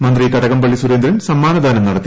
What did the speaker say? മന്ത്രി കടകംപള്ളി സുരേന്ദ്രൻ സമ്മാനദാനം നടത്തി